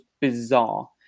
bizarre